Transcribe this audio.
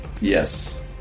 Yes